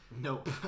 Nope